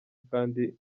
kandi